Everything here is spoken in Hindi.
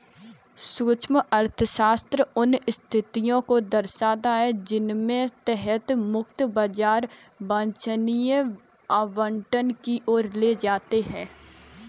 सूक्ष्म अर्थशास्त्र उन स्थितियों को दर्शाता है जिनके तहत मुक्त बाजार वांछनीय आवंटन की ओर ले जाते हैं